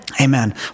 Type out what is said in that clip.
Amen